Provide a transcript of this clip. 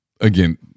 Again